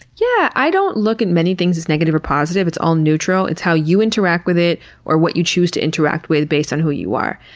yeah! i don't look at many things as negative or positive. it's all neutral. it's how you interact with it or what you choose to interact with based on who you are.